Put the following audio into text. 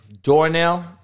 doornail